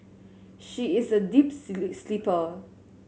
she is a deeps sleeper